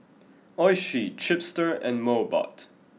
Oishi Chipster and Mobot